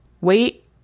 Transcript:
wait